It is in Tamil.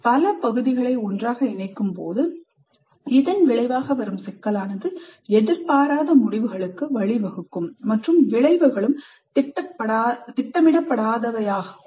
பல பகுதிகளை ஒன்றாக இணைக்கும்போது இதன் விளைவாக வரும் சிக்கலானது எதிர்பாராத முடிவுகளுக்கு வழிவகுக்கும் மற்றும் விளைவுகளும் திட்டமிடப்படாதவையாகும்